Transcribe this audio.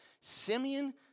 Simeon